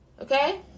Okay